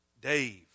Dave